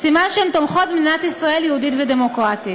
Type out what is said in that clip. סימן שהן תומכות במדינת ישראל יהודית ודמוקרטית.